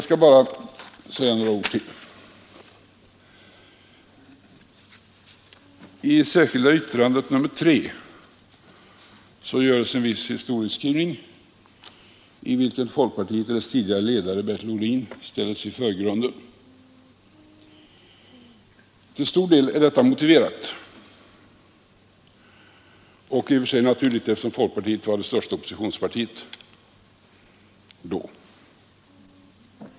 Sedan bara ytterligare några ord. I det särskilda yttrandet nr 3 görs en viss historieskrivning, i vilken folkpartiets tidigare ledare Bertil Ohlin ställs i förgrunden. Till stor del är detta motiverat och i och för sig naturligt, eftersom folkpartiet då var det största oppositionspartiet.